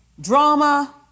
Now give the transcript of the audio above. drama